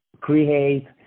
create